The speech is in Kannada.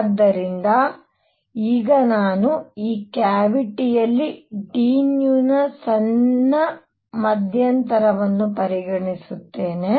ಆದ್ದರಿಂದ ಈಗ ನಾನು ಈ ಕ್ಯಾವಿಟಿಯಲ್ಲಿ d ನ ಸಣ್ಣ ಮಧ್ಯಂತರವನ್ನು ಪರಿಗಣಿಸುತ್ತೇನೆ